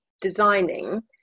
designing